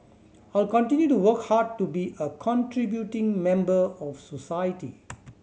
how continue to work hard to be a contributing member of society